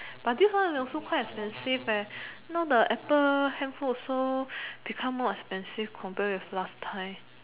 but this one also quite expensive eh now the apple handphone also become more expensive compare with last time